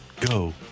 go